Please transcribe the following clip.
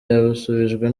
yasubijwe